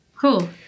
Cool